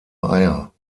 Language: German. eier